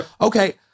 Okay